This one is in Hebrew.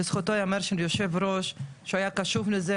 לזכותו ייאמר של היושב ראש שהיה קשוב לזה,